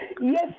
Yes